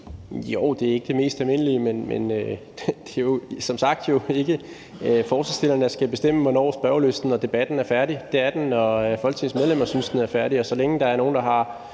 Jo, det er ikke det mest almindelige, men det er jo som sagt ikke forslagsstillerne, der skal bestemme, hvornår spørgelysten og debatten er færdig. Det er den, når Folketingets medlemmer synes, den er færdig,